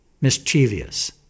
mischievous